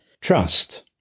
Trust